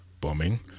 bombing